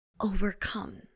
overcome